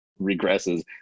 regresses